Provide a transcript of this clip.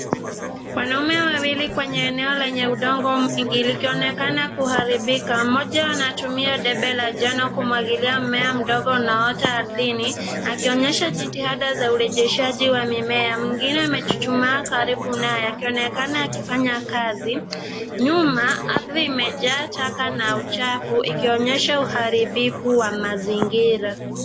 Wanaume wawili kwenye eneo lenye udongo mwingi, likionekana kuharibika. Mmoja anatumia debe la njano kumwagilia mmea mdogo unaoota ardhini, akionyesha jitihada za urejeshaji wa mimea. Mwingine amechuchumaa karibu naye, akionekana akifanya kazi .Nyuma ardhi imejaa taka na uchafu, ikionyesha uharibifu wa mazingira.